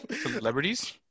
Celebrities